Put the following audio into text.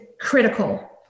critical